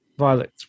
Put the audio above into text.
Violet